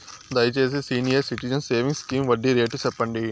దయచేసి senior citizens savings scheme వడ్డీ rate సెప్పండి